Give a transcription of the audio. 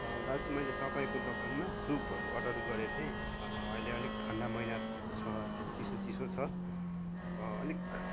दाजु मैले तपाईँको दोकानमा सुपहरू अर्डर गरेको थिएँ अहिले अलिक ठन्डा महिना छ चिसो चिसो छ अलिक